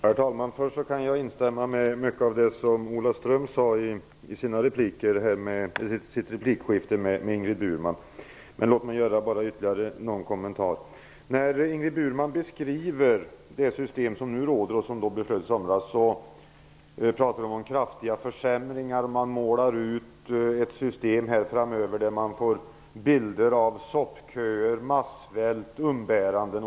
Herr talman! Jag kan instämma i mycket av det som Ola Ström sade i sitt replikskifte med Ingrid Burman. Men låt mig göra bara ytterligare någon kommentar. Ingrid Burman beskrev det system som nu gäller och som det beslutades om i somras. Hon talade om kraftiga försämringar, och hon målade upp bilden av soppköer, massvält och umbäranden.